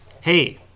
Hey